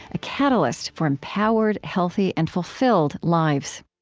a catalyst for empowered, healthy, and fulfilled lives